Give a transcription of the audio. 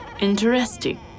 Interesting